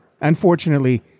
Unfortunately